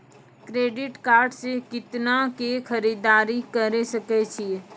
Credit card से कितना के खरीददारी करे सकय छियै?